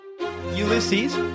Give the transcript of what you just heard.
Ulysses